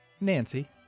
Nancy